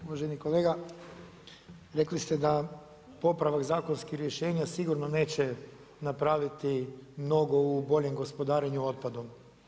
Uvaženi kolega, rekli ste da popravak zakonskih rješenja sigurno neće napraviti mnogo u boljem gospodarenjem otpadom.